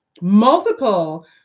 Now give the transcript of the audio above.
multiple